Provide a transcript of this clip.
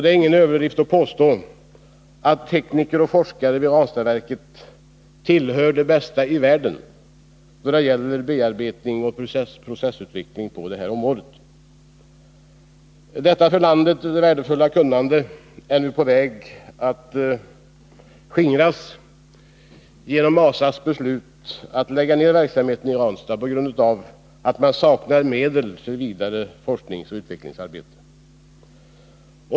Det är ingen överdrift att påstå att tekniker och forskare vid Ranstadsverket tillhör de bästa i världen då det gäller bearbetning och processutveckling på detta område. Detta för landet värdefulla kunnande är nu på väg att skingras genom ASA:s beslut att lägga ned verksamheten i Ranstad på grund av att man saknar medel för vidare forskningsoch utvecklingsarbete.